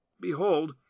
Behold